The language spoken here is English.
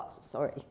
sorry